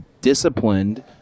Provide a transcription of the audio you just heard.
disciplined